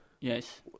Yes